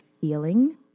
feeling